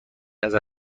ازت